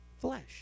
flesh